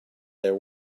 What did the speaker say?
there